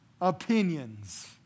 opinions